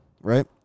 right